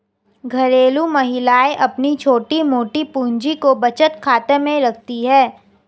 घरेलू महिलाएं अपनी छोटी मोटी पूंजी को बचत खाते में रखती है